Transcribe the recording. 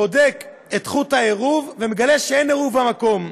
בודק את חוט העירוב ומגלה שאין עירוב במקום.